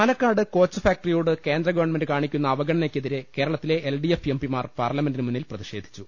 Palakkad coach ഫാക്ടറിയോട് കേന്ദ്ര government കാണി ക്കുന്ന അവഗണനയ്ക്കെതിരെ കേരളത്തിലെ എൽ ഡി എഫ് എംപിമാർ പാർലമെന്റിന് മുന്നിൽ പ്രതിഷേധിച്ചു